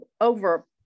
over